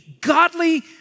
godly